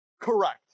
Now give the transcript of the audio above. Correct